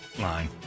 Line